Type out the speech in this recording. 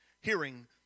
hearing